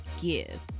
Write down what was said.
give